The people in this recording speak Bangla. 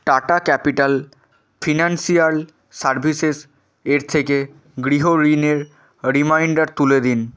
টাটা ক্যাপিটাল ফিনান্সিয়াল সার্ভিসেস এর থেকে গৃহ ঋণের রিমাইন্ডার তুলে দিন